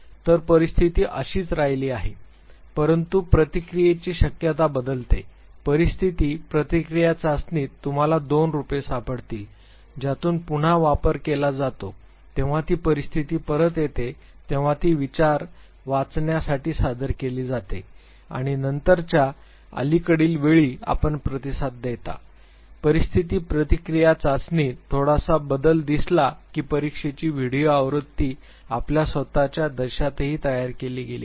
तर परिस्थिती तशीच राहिली आहे परंतु प्रतिक्रियेची शक्यता बदलते परिस्थिती प्रतिक्रिया चाचणीत तुम्हाला दोन रूपे सापडतील ज्यातून पुन्हा वापर केला जातो तेव्हा ती परिस्थिती परत येते तेव्हा ती विचार वाचण्यासाठी सादर केली जाते आणि नंतरच्या अलीकडील वेळी आपण प्रतिसाद देता परिस्थिती प्रतिक्रिया चाचणीत थोडासा बदल दिसला की परीक्षेची व्हिडिओ आवृत्ती आपल्या स्वत च्या देशातही तयार केली गेली आहे